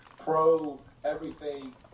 pro-everything